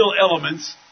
elements